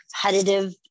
competitive